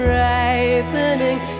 ripening